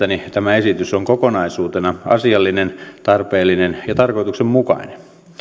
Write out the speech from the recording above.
tämä esitys on kokonaisuutena asiallinen tarpeellinen ja tarkoituksenmukainen